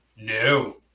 No